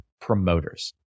promoters